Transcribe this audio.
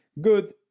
good